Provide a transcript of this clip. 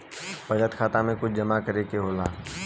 बचत खाता मे कुछ जमा करे से होला?